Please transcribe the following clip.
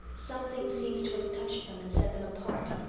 something seems to have touched them and set them apart.